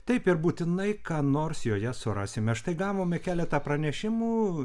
taip ir būtinai ką nors joje surasime štai gavome keletą pranešimų